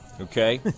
okay